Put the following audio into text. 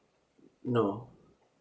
no